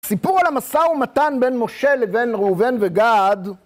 סיפור על המשא ומתן בין משה לבין ראובן וגד.